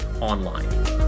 online